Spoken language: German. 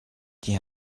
die